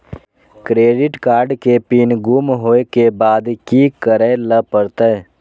Credit card के pin गुम होय के बाद की करै ल परतै?